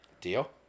Deal